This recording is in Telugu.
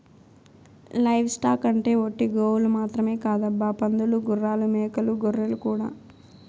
లైవ్ స్టాక్ అంటే ఒట్టి గోవులు మాత్రమే కాదబ్బా పందులు గుర్రాలు మేకలు గొర్రెలు కూడా